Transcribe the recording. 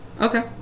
Okay